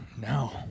No